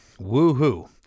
woohoo